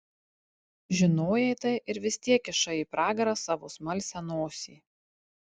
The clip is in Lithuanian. žinojai tai ir vis tiek kišai į pragarą savo smalsią nosį